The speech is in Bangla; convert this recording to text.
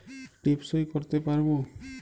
টিপ সই করতে পারবো?